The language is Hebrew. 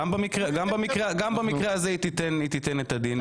גם במקרה הזה היא תיתן את הדין.